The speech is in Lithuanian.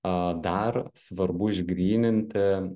a dar svarbu išgryninti